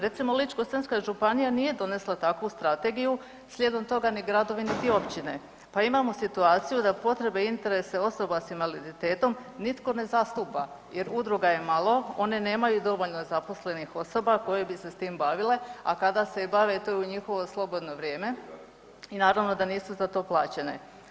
Recimo Ličko-senjska županija nije donesla takvu strategiju, slijedom toga ni gradovi niti općine pa imamo situaciju da potrebe i interese osoba sa invaliditetom nitko ne zastupa jer udruga je malo, one nemaju dovoljno zaposlenih osoba koje bi se s tim bavile a kada se i bave, to je u njihovo slobodno vrijeme i naravno da nisu za to plaćene.